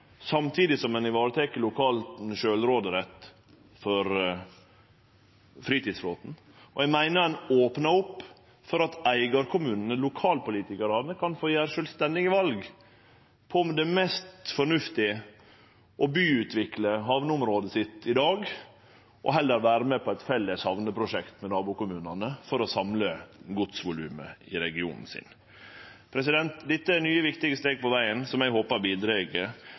samtidig som ein varetek lokal sjølvråderett for fritidsflåten. Eg meiner ein opnar opp for at eigarkommunane, lokalpolitikarane, kan få gjere sjølvstendige val på om det er mest fornuftig å byutvikle hamneområdet sitt i dag og heller vere med på eit felles hamneprosjekt med nabokommunane for å samle godsvolumet i regionen. Dette er nye, viktige steg på vegen som eg håpar bidreg